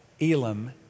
Elam